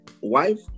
wife